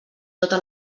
tota